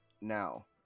Now